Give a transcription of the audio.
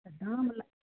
दाम ल